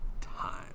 time